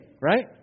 right